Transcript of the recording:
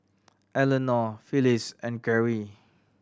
Elenore Phillis and Kerrie